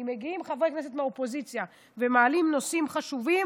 אם מגיעים חברי כנסת מהאופוזיציה ומעלים נושאים חשובים,